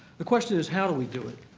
the question is how do we do it.